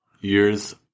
years